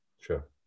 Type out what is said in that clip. Sure